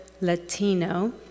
Latino